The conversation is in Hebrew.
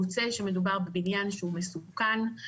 מוצא שמדובר בבניין שהוא מסוכן.